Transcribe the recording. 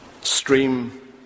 stream